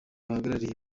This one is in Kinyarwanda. bahagarariye